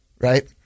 Right